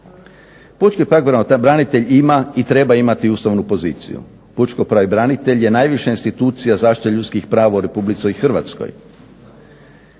Pučki pravobranitelj ima i treba imati ustavnu poziciju, pučki pravobranitelj je najviša institucija zaštita ljudskih prava u RH.